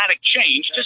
change